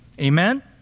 Amen